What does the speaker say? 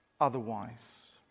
otherwise